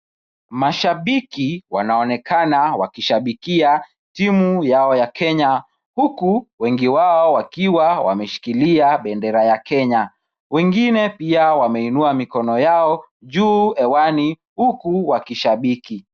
Mashabiki wanaonekana wakishabikia timu yao ya kenya huku wengi wao wakiwa wameshikilia bendera ya kenya. Wengine pia wameinua mikono yao juu hewani huku wakishabiki.